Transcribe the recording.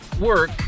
work